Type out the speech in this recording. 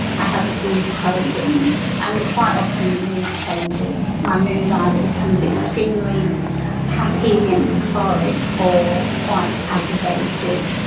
i have food cravings, and quite often mood changes. my mood either becomes extremely happy and euphoric, or quite aggravated.